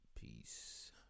Peace